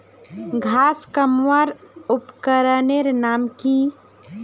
घांस कमवार उपकरनेर नाम की?